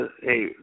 hey